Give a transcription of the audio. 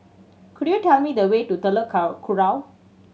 could you tell me the way to Telok Kurau